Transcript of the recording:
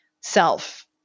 self